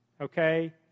Okay